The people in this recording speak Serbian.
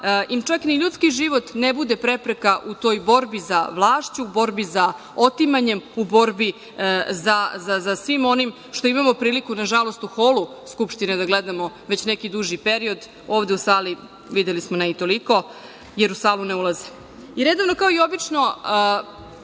im čak ni ljudski život ne bude prepreka u toj borbi za vlašću, borbi za otimanjem, u borbi za svim onim što imamo priliku, nažalost, u holu Skupštine da gledamo već neki duži period, ovde u sali, videli smo, ne i toliko, jer u salu ne ulaze. Kao i obično,